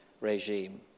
regime